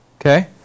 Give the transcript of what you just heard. Okay